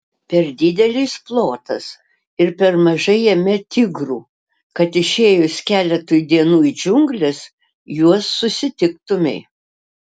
per didelis plotas ir per mažai jame tigrų kad išėjus keletui dienų į džiungles juos susitiktumei